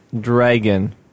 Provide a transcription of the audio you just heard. Dragon